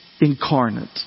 incarnate